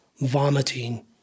vomiting